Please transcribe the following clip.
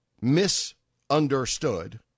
misunderstood